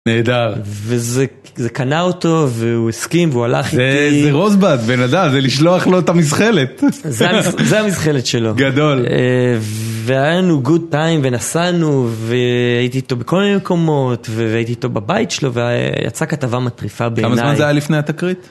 נהדר, וזה קנה אותו והוא הסכים והוא הלך איתי, זה רוסבאד בן אדם זה לשלוח לו את המזחלת, זה המזחלת שלו, גדול, והיה לנו גוד טיים ונסענו והייתי איתו בכל מיני מקומות והייתי איתו בבית שלו ויצא כתבה מטריפה בעיניי, כמה זמן זה היה לפני התקרית?